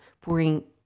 pouring